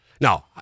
Now